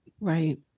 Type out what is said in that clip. Right